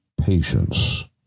patience